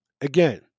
again